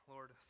Lord